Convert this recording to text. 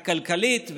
הכלכלית,